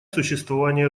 существование